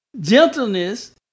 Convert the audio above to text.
Gentleness